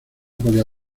podía